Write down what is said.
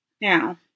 Now